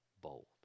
bold